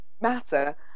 matter